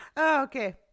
Okay